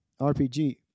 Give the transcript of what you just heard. RPG